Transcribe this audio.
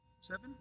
seven